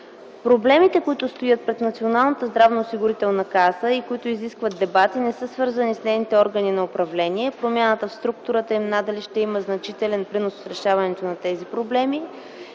здравноосигурителна каса и които изискват дебати, не са свързани с нейните органи на управление. Промяната в структурата им надали ще има значителен принос в решаването на тези проблеми.